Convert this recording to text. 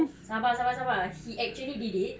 sabar sabar sabar he actually did it